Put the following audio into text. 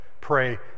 pray